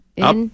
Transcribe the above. Up